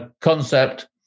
concept